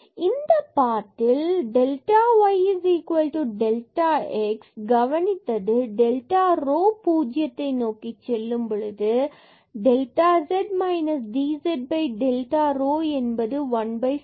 dz∂z∂xx∂z∂yΔy0 zf0x0y f00ΔxΔy இந்த path ல் delta y delta x கவனித்தது delta rho 0 நோக்கிச் செல்லும் பொழுது delta z dz delta rho என்பது 1 square root 2